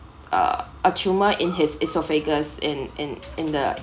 uh a tumor in his esophagus in in in the